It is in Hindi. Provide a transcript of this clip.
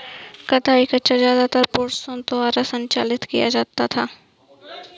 कताई खच्चर ज्यादातर पुरुषों द्वारा संचालित किया जाता था